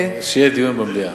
שיהיה דיון במליאה.